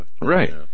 Right